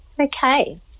okay